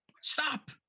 Stop